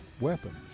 weapons